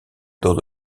dans